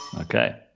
okay